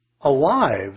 alive